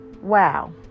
wow